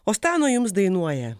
o stano jums dainuoja